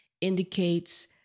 indicates